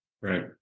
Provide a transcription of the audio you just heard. Right